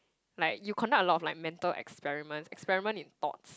like you conduct a lot of like mental experiments experiment in thoughts